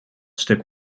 stuk